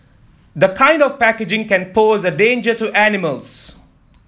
the kind of packaging can pose a danger to animals